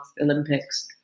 Olympics